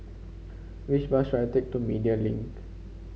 which bus should I take to Media Link